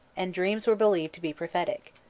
and dreams were believed to be prophetic.